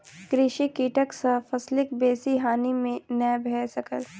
कृषि कीटक सॅ फसिलक बेसी हानि नै भ सकल